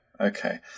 okay